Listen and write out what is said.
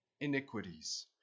iniquities